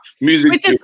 Music